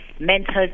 mental